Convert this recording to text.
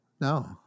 No